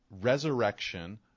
resurrection